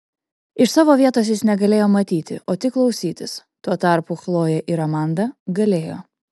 iš savo vietos jis negalėjo matyti o tik klausytis tuo tarpu chlojė ir amanda galėjo